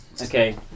Okay